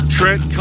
Trent